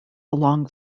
along